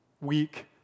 weak